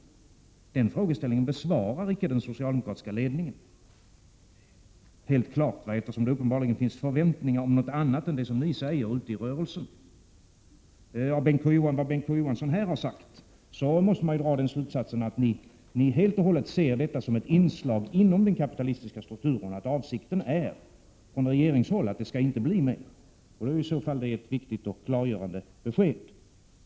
Frågan besvaras inte av den socialdemokratiska ledningen, eftersom det uppenbarligen finns förväntningar om något annat än det ni säger ute i rörelsen. Vad Bengt K Å Johansson här har sagt måste leda till slutsatsen att ni helt och hållet ser detta som ett inslag inom den kapitalistiska strukturen, att avsikten från regeringshåll är att det inte skall bli mer. Då får man ge ett klargörande besked.